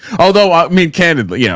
although, i mean, candidly, you know,